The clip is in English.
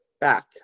back